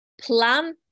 plan